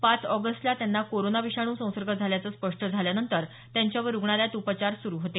पाच ऑगस्टला त्यांना कोरोना विषाणू संसर्ग झाल्याचं स्पष्ट झाल्यानंतर त्यांच्यावर रुग्णालयात उपचार सुरु होते